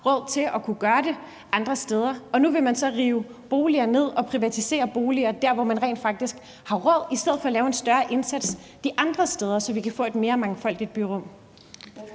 råd til at gøre det andre steder. Og nu vil man så rive boliger ned og privatisere boliger der, hvor de rent faktisk har råd, i stedet for at lave en større indsats de andre steder, så man kunne få et mere mangfoldigt byrum.